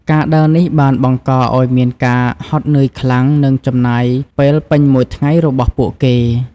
ការដើរនេះបានបង្កឱ្យមានការហត់នឿយខ្លាំង និងចំណាយពេលពេញមួយថ្ងៃរបស់ពួកគេ។